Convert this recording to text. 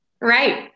Right